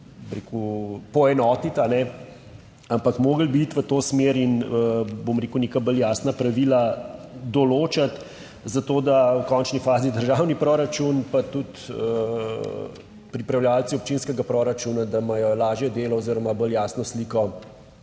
(nadaljevanje) bom rekel, neka bolj jasna pravila določiti za to, da v končni fazi državni proračun, pa tudi pripravljavci občinskega proračuna, da imajo lažje delo oziroma bolj jasno sliko